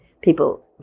people